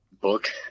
book